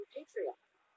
Patreon